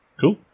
Cool